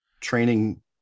training